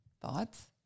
thoughts